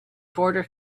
border